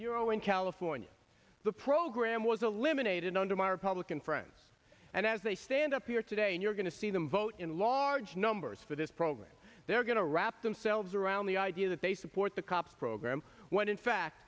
zero in california the program was a limb unaided under my republican friends and as they stand up here today and you're going to see them vote in large numbers for this program they're going to wrap themselves around the idea that they support the cops program when in fact